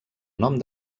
nom